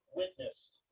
witnessed